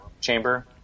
chamber